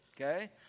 okay